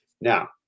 now